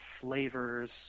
flavors